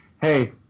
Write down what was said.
hey